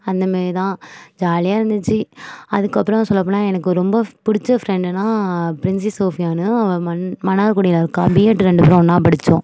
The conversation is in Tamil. அந்த மாரி தான் ஜாலியாக இருந்துச்சு அதற்கப்பறம் சொல்லப்போனால் எனக்கு ரொம்ப பிடிச்ச ஃப்ரெண்டுனா ப்ரின்ஸி சோஃபியான்னு அவ மன் மன்னார்குடியில் இருக்கா பிஎட்டு ரெண்டு பேரும் ஒன்னாக படிச்சோம்